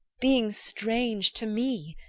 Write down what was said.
being strange to me,